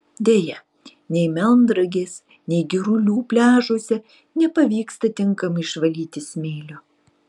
deja nei melnragės nei girulių pliažuose nepavyksta tinkamai išvalyti smėlio